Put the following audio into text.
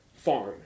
Farm